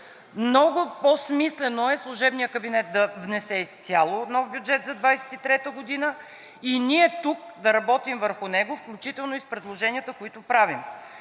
Много по-смислено е служебният кабинет да внесе изцяло нов бюджет за 2023 г. и ние тук да работим върху него, включително и с предложенията, които правим.